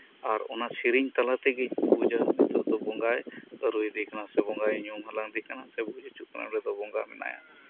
ᱟᱨ ᱚᱱᱟ ᱥᱮᱨᱮᱧ ᱛᱟᱞᱟ ᱛᱮᱜᱮ ᱵᱩᱡᱟ ᱱᱤᱛᱚᱜ ᱫᱚ ᱵᱚᱸᱜᱟᱭ ᱟᱹᱨᱩᱭᱮ ᱠᱟᱱᱟ ᱥᱮ ᱵᱚᱸᱜᱟᱭ ᱧᱩᱢ ᱦᱟᱞᱟᱝ ᱮᱫᱮ ᱠᱟᱱᱟ ᱥᱮ ᱵᱚᱸᱜᱟ ᱢᱮᱱᱟᱭᱟ